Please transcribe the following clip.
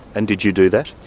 and did you do that?